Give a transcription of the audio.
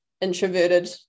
introverted